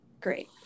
great